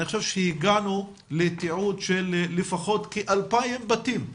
אני חושב שהגענו לתיעוד של לפחות כ-2,000 בתים,